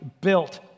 built